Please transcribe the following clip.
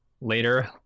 later